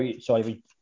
Sorry